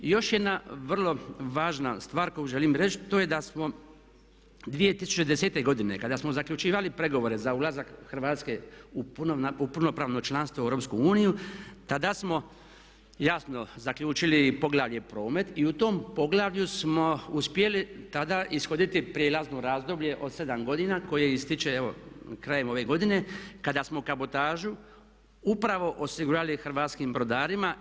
I još jedna vrlo važna stvar koju želim reći to je da smo 2010.godine kada smo zaključivali pregovore za ulazak Hrvatske u punopravno članstvo u EU tada smo jasno zaključili poglavlje promet i u tom poglavlju smo uspjeli tada ishoditi prijelazno razdoblje od 7 godina koje ističe evo krajem ovo godine kada smo kabotažu upravo osigurali hrvatskim brodarima.